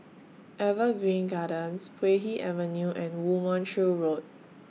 Evergreen Gardens Puay Hee Avenue and Woo Mon Chew Road